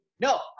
No